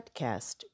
podcast